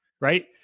right